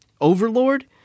Overlord